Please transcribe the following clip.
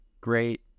great